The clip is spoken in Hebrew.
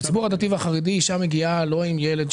בציבור הדתי והחרדי אישה מגיעה לא עם ילד,